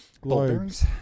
Globes